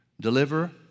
deliver